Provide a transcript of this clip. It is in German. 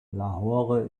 lahore